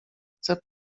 chcę